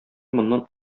моннан